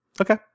Okay